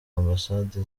ambasade